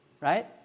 Right